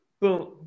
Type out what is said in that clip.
Boom